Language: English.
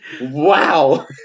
wow